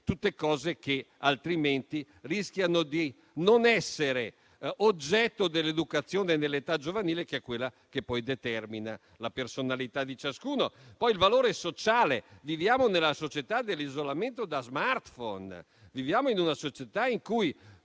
tutte cose che altrimenti rischiano di non essere oggetto dell'educazione nell'età giovanile, che è quella che poi determina la personalità di ciascuno. Vi è poi il «valore sociale» dello sport: viviamo nella società dell'isolamento da *smartphone*, in cui